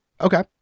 Okay